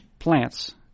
plants